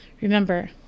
Remember